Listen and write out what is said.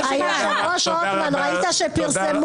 החברה הישראלית נמצאת